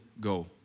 go